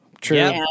True